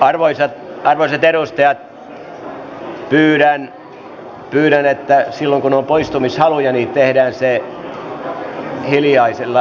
arvoisat edustajat pyydän että silloin kun on poistumishaluja niin tehdään se hiljaisella äänellä